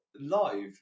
live